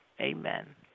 amen